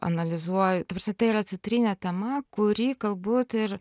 analizuoju ta prasme tai yra centrinė tema kuri galbūt ir